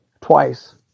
twice